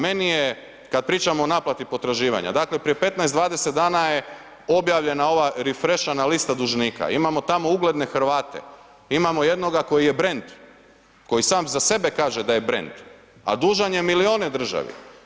Meni je kada pričamo o naplati potraživanja, dakle prije 15, 20 dana je objavljena ova refresh lista dužnika, imamo tamo ugledne Hrvate, imamo jednoga koji je brend, koji sam za sebe kaže da je brend a dužan je milijuna državi.